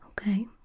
okay